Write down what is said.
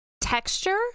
texture